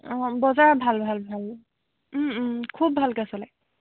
অঁ বজাৰ ভাল ভাল ভাল খুব ভালকে চলে